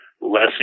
less